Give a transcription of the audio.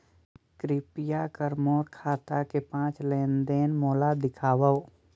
कृपया कर मोर खाता के पांच लेन देन मोला दिखावव